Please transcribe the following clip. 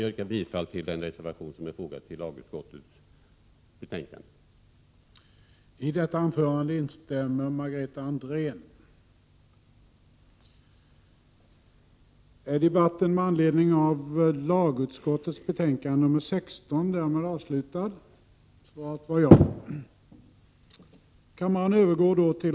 Jag yrkar bifall till reservationen, som är fogad till lagutskottets betänkande.